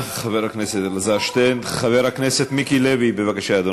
בממשלה הזאת זאת מצווה יותר גדולה מ"פרו ורבו" לעקוף את בית-המשפט